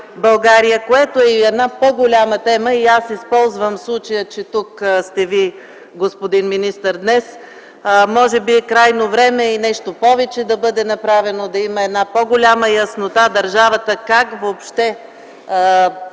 България, което е и една по-голяма тема. Аз използвам случая, че тук сте Вие, господин министър, днес. Може би е крайно време и нещо повече да бъде направено – да има една по-голяма яснота държавата как въобще